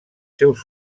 seus